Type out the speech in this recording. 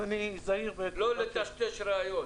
לטשטש ראיות.